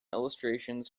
illustrations